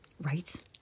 Right